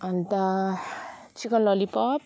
अन्त chicken lollipop